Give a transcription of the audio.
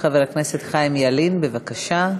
חבר הכנסת חיים ילין, בבקשה.